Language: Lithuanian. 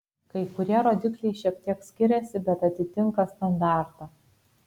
kai kurie rodikliai šiek tiek skiriasi bet atitinka standartą